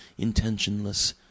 intentionless